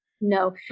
No